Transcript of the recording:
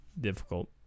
difficult